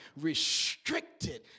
restricted